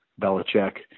Belichick